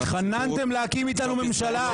התחננתם להקים אתנו ממשלה.